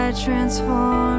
transform